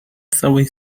całej